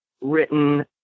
written